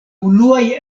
unuaj